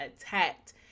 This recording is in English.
attacked